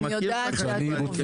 אני מכיר את החטיבה.